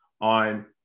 on